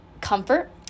comfort